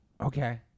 Okay